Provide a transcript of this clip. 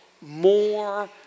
More